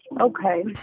Okay